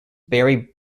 barry